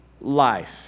life